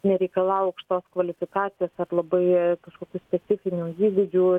nereikalau aukštos kvalifikacijos ar labai kažkokių specifinių įgūdžių